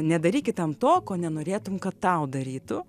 nedaryk kitam to ko nenorėtum kad tau darytų